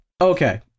Okay